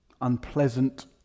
Unpleasant